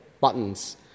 buttons